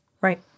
Right